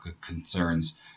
concerns